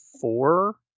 four